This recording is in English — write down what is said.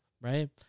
Right